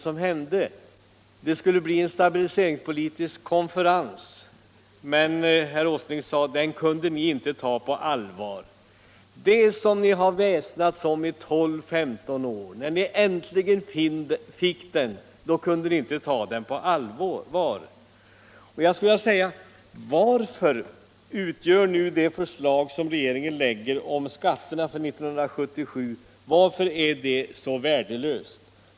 Jo, det skulle anordnas en stabiliseringspolitisk konferens, men — sade herr Åsling — den kunde ni inte ta på allvar. När ni äntligen fick vad ni hade väsnats om i 12-15 år, så kunde ni inte ta konferensen på allvar. Men jag vill fråga: Varför är nu det förslag som regeringen lägger om skatterna för 1977 så värdelöst?